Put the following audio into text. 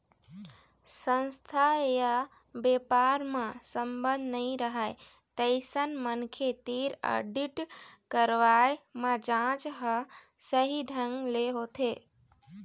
संस्था य बेपार म संबंध नइ रहय तइसन मनखे तीर आडिट करवाए म जांच ह सही ढंग ले होथे